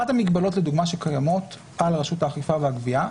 אחת המגבלות לדוגמה שקיימות על רשות האכיפה והגבייה,